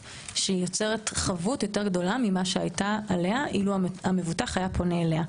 שיוצרת חבות יותר גדולה ממה שהיה עליה אילו המבוטח היה פונה אליה.